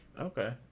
Okay